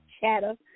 chatter